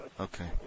Okay